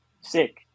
sick